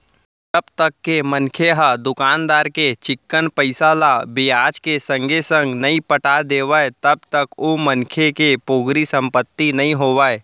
जब तक के मनखे ह दुकानदार के चिक्कन पइसा ल बियाज के संगे संग नइ पटा देवय तब तक ओ मनखे के पोगरी संपत्ति नइ होवय